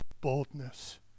boldness